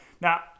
Now